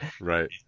right